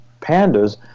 Pandas